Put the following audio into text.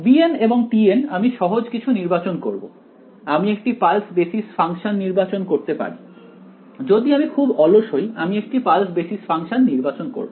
bn এবং tn আমি সহজ কিছু নির্বাচন করব আমি একটি পালস বেসিস ফাংশন নির্বাচন করতে পারি যদি আমি খুব অলস হই আমি একটি পালস বেসিস ফাংশন নির্বাচন করব